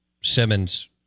Simmons